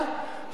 ועכשיו,